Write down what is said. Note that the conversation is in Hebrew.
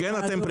כן.